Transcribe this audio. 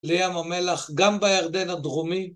לים המלח גם בירדן הדרומי